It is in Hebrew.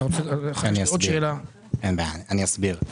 אסביר.